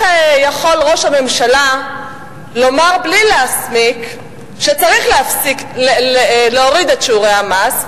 יכול ראש הממשלה לומר בלי להסמיק שצריך להוריד את שיעורי המס,